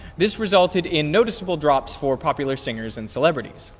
this resulted in noticeable drops for popular singers and celebrities.